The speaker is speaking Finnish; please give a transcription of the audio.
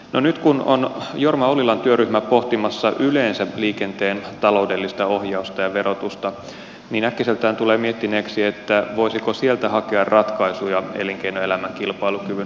no nyt kun on jorma ollilan työryhmä pohtimassa yleensä liikenteen taloudellista ohjausta ja verotusta niin äkkiseltään tulee miettineeksi voisiko sieltä hakea ratkaisuja elinkeinoelämän kilpailukyvyn haasteisiin